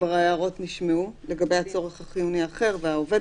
ההערות נשמעו לגבי הצורך החיוני האחר והעובד